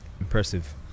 impressive